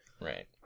Right